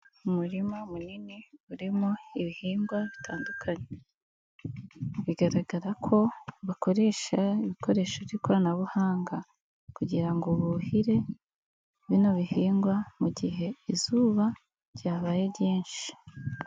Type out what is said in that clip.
Umurima munini urimo ibihingwa bitandukanye, bigaragara ko bakoresha ibikoresho by'ikoranabuhanga kugira ngo buhire bino bihingwa mu gihe izuba ryabaye ryinshi.